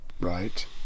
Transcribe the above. right